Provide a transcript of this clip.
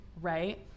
Right